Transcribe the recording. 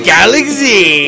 Galaxy